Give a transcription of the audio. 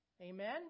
Amen